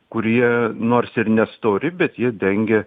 kurie nors ir nestori bet jie dengia